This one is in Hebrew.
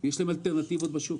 יש להם מלא אלטרנטיבות בשוק,